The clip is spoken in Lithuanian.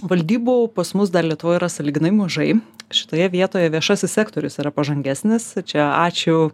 valdybų pas mus dar lietuvoj yra sąlyginai mažai šitoje vietoje viešasis sektorius yra pažangesnis čia ačiū